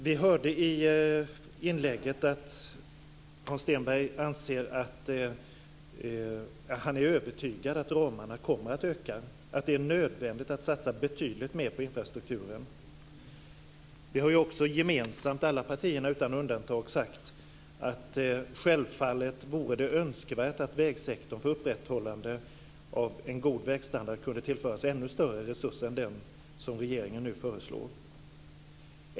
Vi hörde i inlägget att Hans Stenberg är övertygad om att ramarna kommer att öka, att det är nödvändigt att satsa betydligt mer på infrastrukturen. Vi har gemensamt alla partier utan undantag sagt att självfallet vore det önskvärt att vägsektorn, för upprätthållande av en god vägstandard, kunde tillföras ännu större resurser än vad regeringen nu föreslår.